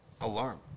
alarm